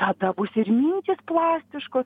tada bus ir mintys plastiškos